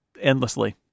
endlessly